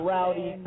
Rowdy